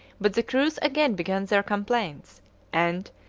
but the crews again began their complaints and,